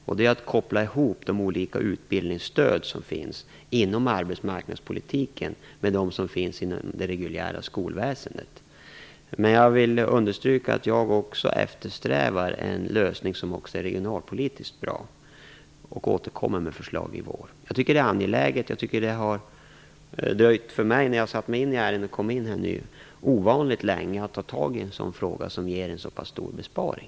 Det är att man kan koppla ihop de olika utbildningsstöd som finns inom arbetsmarknadspolitiken med dem som finns inom det reguljära skolväsendet. Men jag vill understryka att jag också eftersträvar en lösning som är regionalpolitiskt bra och återkommer med förslag i vår. Jag tycker att frågan är angelägen. Efter att som ny ha satt mig in i ärendet kan jag notera att man har dröjt ovanligt länge med att ta tag i en fråga som ger en så pass stor besparing.